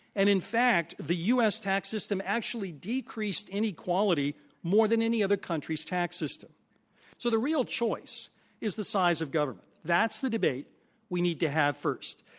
and, in fact, the u. s. tax system actually decreased inequality more than any other country's tax so the real choice is the size of government. that's the debate we need to have first.